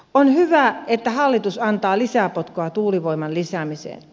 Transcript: on hyvä että hallitus antaa lisäpotkua tuulivoiman lisäämiseen